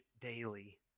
daily